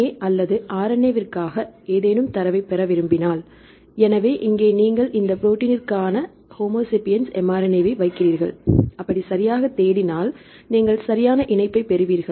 DNA அல்லது RNA விற்காக ஏதேனும் தரவைப் பெற விரும்பினால் எனவே இங்கே நீங்கள் இந்த ப்ரோடீன் நிற்கான ஹோமோசேபியன்ஸ் mRNA வை வைக்கிறீர்கள் அப்படி சரியாகத் தேடினால் நீங்கள்சரியான இணைப்பை பெறுவீர்கள்